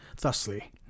thusly